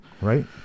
Right